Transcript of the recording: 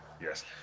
yes